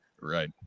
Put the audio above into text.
Right